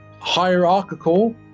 hierarchical